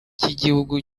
cy’igihugu